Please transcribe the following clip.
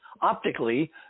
optically